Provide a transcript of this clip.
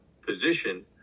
position